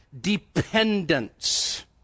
dependence